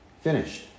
finished